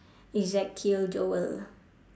ezekiel joel